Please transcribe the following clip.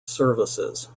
services